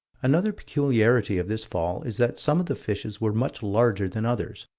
another peculiarity of this fall is that some of the fishes were much larger than others.